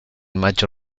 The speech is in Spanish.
macho